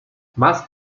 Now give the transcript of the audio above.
más